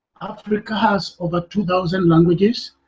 africa has over two thousand languages.